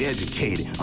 Educated